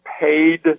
paid